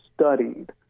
studied